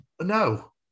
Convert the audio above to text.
no